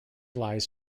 lies